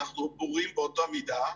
אנחנו בורים באותה מידה.